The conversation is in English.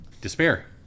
Despair